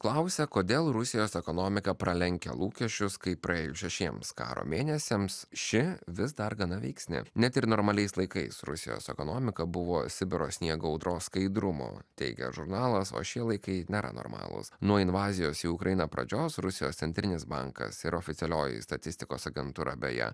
klausia kodėl rusijos ekonomika pralenkia lūkesčius kai praėjus šešiems karo mėnesiams ši vis dar gana veiksni net ir normaliais laikais rusijos ekonomika buvo sibiro sniego audros skaidrumo teigia žurnalas o šie laikai nėra normalūs nuo invazijos į ukrainą pradžios rusijos centrinis bankas ir oficialioji statistikos agentūra beje